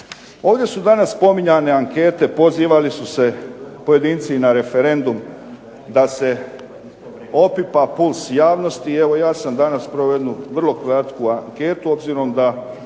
Ovdje su danas spominjane ankete, pozivali su se pojedinci i na referendum da se opipa puls javnosti i evo ja sam danas proveo jednu vrlo kratku anketu, obzirom da